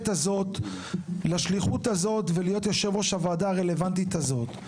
הזאת לשליחות הזאת ולהיות יושב ראש הוועדה הרלוונטית הזאת.